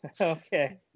Okay